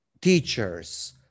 teachers